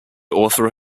author